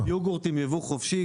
יוגורטים יבוא חופשי,